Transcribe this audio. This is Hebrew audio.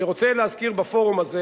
אני רוצה להזכיר בפורום הזה